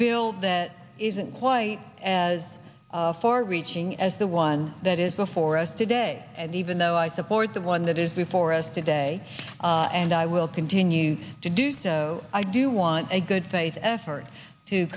bill that isn't quite as far reaching as the one that is before us today and even though i support the one that is before us today and i will continue to do so i do want a good faith effort to